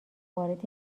وارد